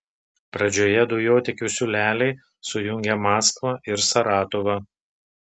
pradžioje dujotiekių siūleliai sujungia maskvą ir saratovą